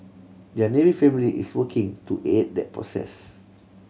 their Navy family is working to aid that process